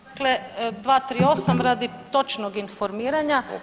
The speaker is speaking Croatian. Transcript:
Dakle 238. radi točnog informiranja.